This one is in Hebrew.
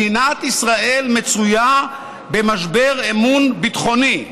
מדינת ישראל מצויה במשבר אמון ביטחוני?